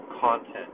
content